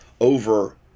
over